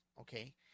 Okay